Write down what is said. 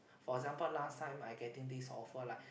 for example last time I getting this offer like